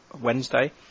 Wednesday